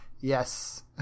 Yes